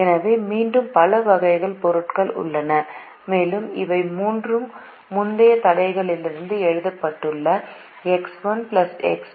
எனவே மீண்டும் பல வகையான பொருட்கள் உள்ளன மேலும் இவை மூன்றும் முந்தைய தடைகளிலிருந்து எழுதப்பட்டுள்ளன எக்ஸ் 1 எக்ஸ் 2 எக்ஸ் 3 ஒய் 1 என்பது 3 ஆம் நாளில் பயன்படுத்தக்கூடிய நாப்கின்கள் ≥ 240 ஆக இருக்க வேண்டும்